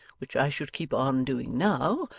which i should keep on doing now,